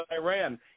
Iran